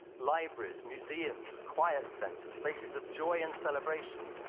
libraries, museums, quiet centers, places of joy and celebration,